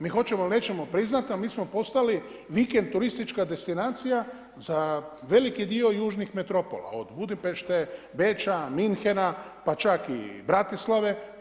Mi hoćemo ili nećemo priznati, ali mi smo postali vikend turistička destinacija za veliki dio južnih metropola od Budimpešte, Beča, Munchena, pa čak i Bratislave.